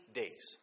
days